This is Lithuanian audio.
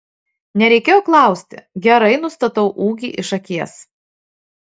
nereikėjo klausti gerai nustatau ūgį iš akies